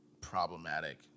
problematic